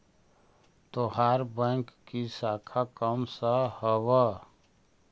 तोहार बैंक की शाखा कौन सा हवअ